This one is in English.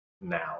now